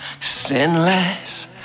Sinless